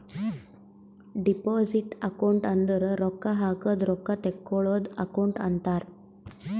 deposit account ಅಂದುರ್ ರೊಕ್ಕಾ ಹಾಕದ್ ರೊಕ್ಕಾ ತೇಕ್ಕೋಳದ್ ಅಕೌಂಟ್ ಅಂತಾರ್